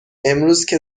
امروزکه